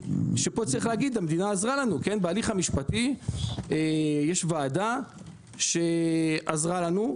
המדינה עזרה לנו, בהליך המשפטי יש ועדה שעזרה לנו,